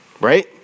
right